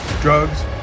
drugs